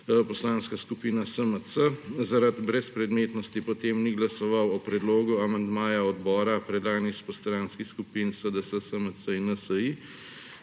Poslanska skupina SMC. Zaradi brezpredmetnosti potem ni glasoval o predlogu amandmaja odbora, predlaganih iz poslanskih skupin SDS, SMC in NSi